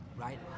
right